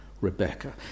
Rebecca